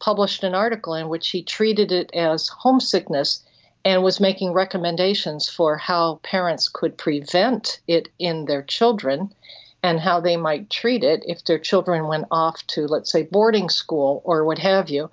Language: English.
published an article in which he treated it as a homesickness and was making recommendations for how parents could prevent it in their children and how they might treat it if their children went off to, let's say, boarding school or what have you.